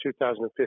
2015